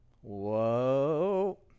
Whoa